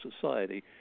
society